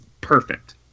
perfect